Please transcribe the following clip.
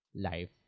life